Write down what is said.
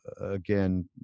again